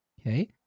Okay